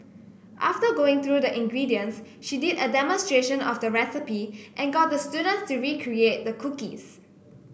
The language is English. after going through the ingredients she did a demonstration of the recipe and got the students to recreate the cookies